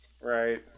Right